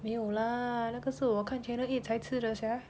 没有 lah 那个是我看na ge shi wo kan channel eight 才吃的 sia